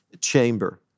chamber